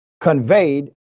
conveyed